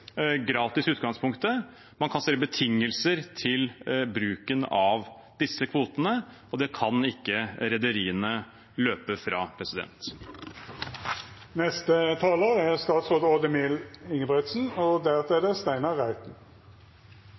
gratis i utgangspunktet. Man kan stille betingelser til bruken av disse kvotene, og det kan ikke rederiene løpe fra. Først til faktisk lengde og spørsmålet fra SV: Der er